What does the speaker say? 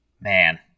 Man